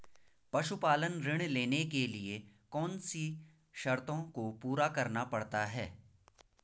पशुपालन ऋण लेने के लिए कौन सी शर्तों को पूरा करना पड़ता है?